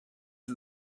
are